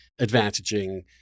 advantaging